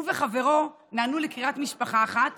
הוא וחברו נענו לקריאת משפחה אחת